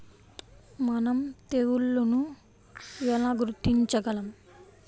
మనం తెగుళ్లను ఎలా గుర్తించగలం?